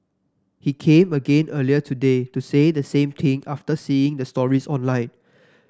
he came again earlier today to say the same thing after seeing the stories online